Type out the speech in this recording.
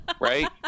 right